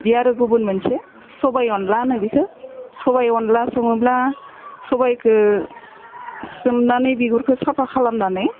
बे आरो गुबुन मोनसे सबाइ अनला होनो बिखौ सबाइ अनला सङोब्ला सबाइखौ सोमनानै बिगुरखौ साफा खालामनानै